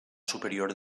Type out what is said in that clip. superior